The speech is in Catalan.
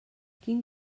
quin